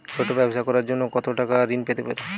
ছোট ব্যাবসা করার জন্য কতো টাকা ঋন পেতে পারি?